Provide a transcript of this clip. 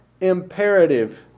imperative